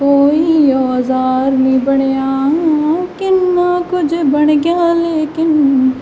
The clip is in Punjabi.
ਕੋਈ ਔਜ਼ਾਰ ਨਹੀਂ ਬਣਿਆ ਕਿੰਨਾ ਕੁਝ ਬਣ ਗਿਆ ਲੇਕਿਨ